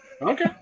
Okay